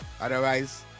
Otherwise